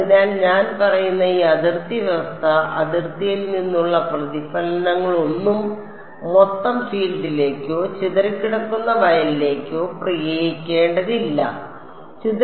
അതിനാൽ ഞാൻ പറയുന്ന ഈ അതിർത്തി വ്യവസ്ഥ അതിർത്തിയിൽ നിന്നുള്ള പ്രതിഫലനങ്ങളൊന്നും മൊത്തം ഫീൽഡിലേക്കോ ചിതറിക്കിടക്കുന്ന വയലിലേക്കോ പ്രയോഗിക്കേണ്ടതില്ലേ